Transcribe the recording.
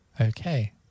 Okay